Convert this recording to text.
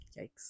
Yikes